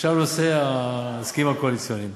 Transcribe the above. עכשיו לנושא ההסכמים הקואליציוניים.